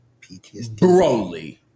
Broly